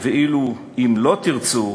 "ואילו אם לא תרצו,